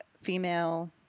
female